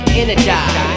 energize